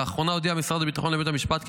לאחרונה הודיע משרד הביטחון לבית המשפט כי